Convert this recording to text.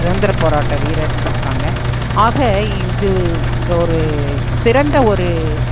சுகந்திர போராட்ட வீரர் இருந்திருக்காங்க ஆக இது இங்க ஒரு சிறந்த ஒரு